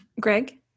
Greg